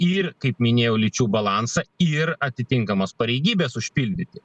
ir kaip minėjau lyčių balansą ir atitinkamas pareigybes užpildyti